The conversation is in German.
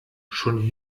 schon